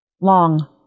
long